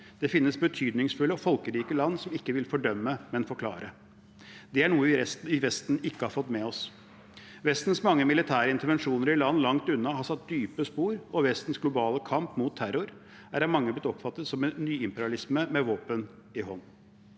Det finnes betydningsfulle og folkerike land som ikke vil fordømme, men forklare. Det er noe vi i Vesten ikke har fått med oss. Vestens mange militære intervensjoner i land langt unna har satt dype spor, og Vestens globale kamp mot terror er av mange blitt oppfattet som en nyimperialisme med våpen i hånd.